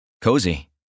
Cozy